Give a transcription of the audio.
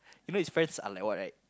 I mean his friends are like what right